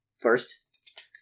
first